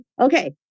Okay